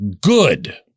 good